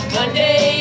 Monday